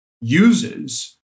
uses